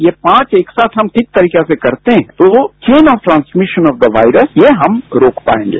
ये पांच एक साथ हम ठीक तरीके से करते हैं तो chain of transmission of the virus ये हम रोक पाएंगे